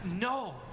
No